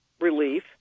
relief